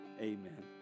amen